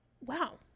Wow